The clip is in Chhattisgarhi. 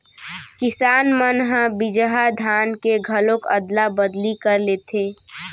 किसान मन ह बिजहा धान के घलोक अदला बदली कर लेथे